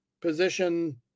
position